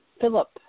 Philip